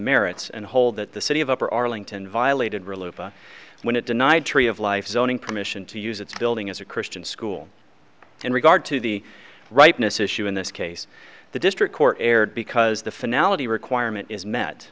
merits and hold that the city of upper arlington violated relief when it denied tree of life zoning permission to use its building as a christian school in regard to the rightness issue in this case the district court erred because the finale requirement is met